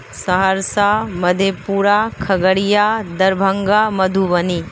Saharsa Madhepura Khagaria Darbhanga Madhubani